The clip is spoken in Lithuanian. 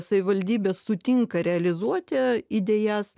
savivaldybė sutinka realizuoti idėjas